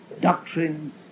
doctrines